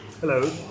Hello